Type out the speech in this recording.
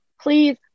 please